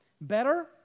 Better